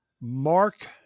Mark